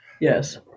yes